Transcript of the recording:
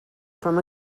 from